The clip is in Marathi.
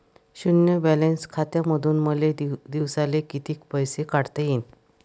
शुन्य बॅलन्स खात्यामंधून मले दिवसाले कितीक पैसे काढता येईन?